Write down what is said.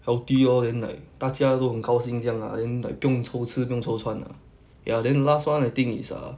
healthy all then like 大家都很高兴这样 lah then like 不用愁吃不用愁穿 ah ya then last [one] I think it's ah